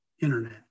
internet